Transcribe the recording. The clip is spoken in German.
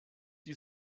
die